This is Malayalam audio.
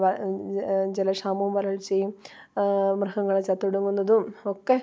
ജലക്ഷാമവും വരൾച്ചയും മൃഗങ്ങൾ ചത്തു ഒടുങ്ങുന്നതും ഒക്കെ